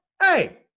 hey